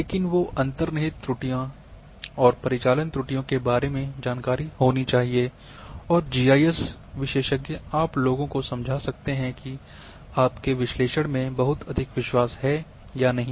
लेकिन वो अंतर्निहित त्रुटियों और परिचालन त्रुटियों के बारे में जानकारी होनी चाहिए और जीआईएस विशेषज्ञ आप लोगों को समझा सकते हैं कि आपके विश्लेषण में बहुत अधिक विश्वास है या नहीं